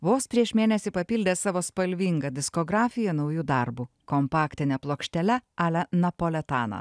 vos prieš mėnesį papildė savo spalvingą diskografiją nauju darbu kompaktine plokštele ale napoletana